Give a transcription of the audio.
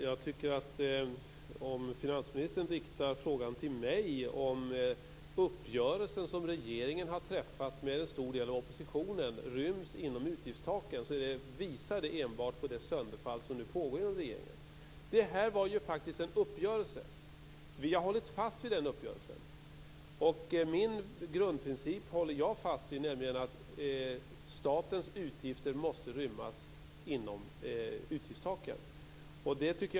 Fru talman! Om finansministern riktar frågan till mig om uppgörelsen som regeringen har träffat med en stor del av oppositionen ryms inom utgiftstaken visar det enbart på det sönderfall som nu pågår inom regeringen. Det här var faktiskt en uppgörelse. Vi har hållit fast vid den uppgörelsen. Jag håller fast vid min grundprincip, nämligen att statens utgifter måste rymmas inom utgiftstaken.